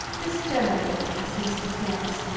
this journey, as liszt declares,